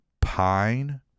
pine